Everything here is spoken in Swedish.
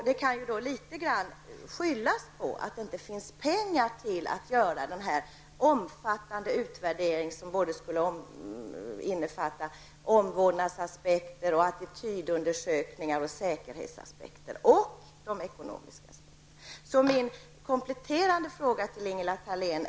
Det kan litet grand skyllas på att det inte fanns pengar till en sådan omfattande värdering som skulle innefatta såväl omvårdnadsaspekter, attitydfrågor och säkerhetsaspekter som ekonomiska aspekter. Jag vill komplettera med några frågor till Ingela Thalén.